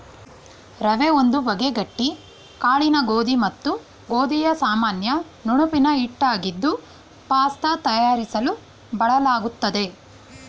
ರವೆ ಒಂದು ಬಗೆ ಗಟ್ಟಿ ಕಾಳಿನ ಗೋಧಿ ಮತ್ತು ಗೋಧಿಯ ಸಾಮಾನ್ಯ ನುಣುಪಿನ ಹಿಟ್ಟಾಗಿದ್ದು ಪಾಸ್ತ ತಯಾರಿಸಲು ಬಳಲಾಗ್ತದೆ